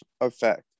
effect